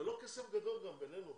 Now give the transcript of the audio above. זה לא כסף גדול גם, בינינו.